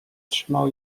trzymał